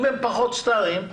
אם הם פחות סטארים,